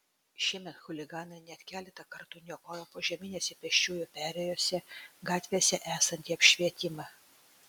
šiemet chuliganai net keletą kartų niokojo požeminėse pėsčiųjų perėjose gatvėse esantį apšvietimą